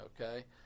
okay